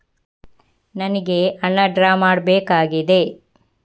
ನನಿಗೆ ಹಣ ಡ್ರಾ ಮಾಡ್ಬೇಕಾಗಿದೆ